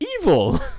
evil